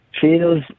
Feels